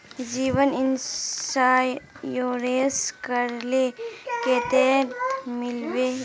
जीवन इंश्योरेंस करले कतेक मिलबे ई?